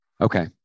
Okay